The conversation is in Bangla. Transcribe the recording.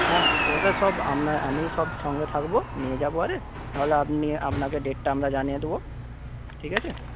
হ্যাঁ ওদের সব আমি আমি সব সঙ্গে থাকবো নিয়ে যাব আরে তাহলে আপনি আপনাকে ডেটটা আমরা জানিয়ে দেব ঠিক আছে